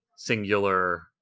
singular